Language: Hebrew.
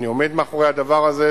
אני עומד מאחורי הדבר הזה,